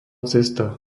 cesta